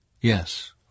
Yes